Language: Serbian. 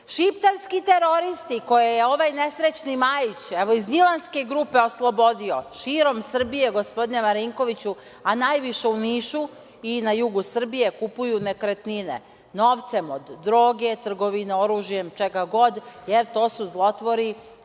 zakonom. Šiptarski teroristi koje je ovaj nesrećni Majić, iz gnjilanske grupe oslobodio, širom Srbije, gospodine Marinkoviću, a najviše u Nišu i na jugu Srbije kupuju nekretnine novcem od droge, trgovine oružjem, čega god, jer to su zlotvori